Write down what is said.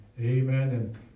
amen